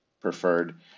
preferred